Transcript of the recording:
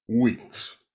weeks